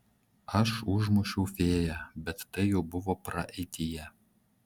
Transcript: aš užmušiau fėją bet tai jau buvo praeityje